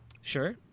Sure